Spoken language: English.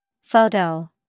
Photo